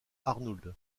arnould